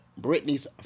Britney's